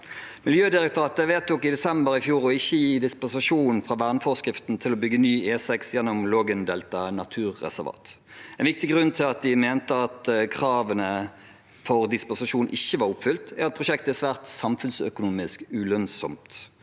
«Miljødirektoratet vedtok i desember i fjor å ikke gi dispensasjon fra verneforskriften til å bygge ny E6 gjennom Lågendeltaet naturreservat. En viktig grunn til at de mente at kravene for dispensasjon ikke er oppfylt, er at prosjektet er svært samfunnsøkonomisk ulønnsomt.